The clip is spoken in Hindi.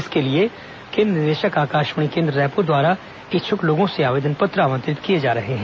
इसके लिए केन्द्र निदेशक आकाशवाणी केन्द्र रायपुर द्वारा इच्छुक लोंगों से आवेदन पत्र आमंत्रित किए जा रहे हैं